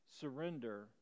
surrender